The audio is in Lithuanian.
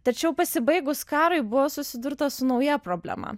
tačiau pasibaigus karui buvo susidurta su nauja problema